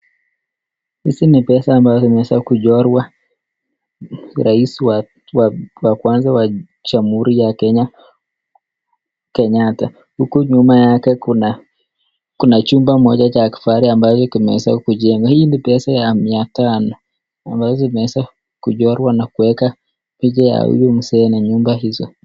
Hizi ni pesa ambazo zimeweza kuchorwa rais wa kwanza wa jamhuri ya Kenya Kenyatta, huku nyuma yake kuna chumba moja ya kifahari imeweza kujengwa, hii ni pesa ya mia tano ambazo zimeweza kuchorwa na kuwekwa picha ya huyu mzee na nyumba hizo.